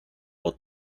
will